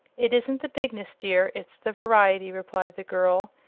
it isn't the bigness, dear its the variety, replied the girl.